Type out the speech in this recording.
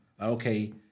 Okay